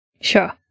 Sure